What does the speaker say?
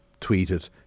tweeted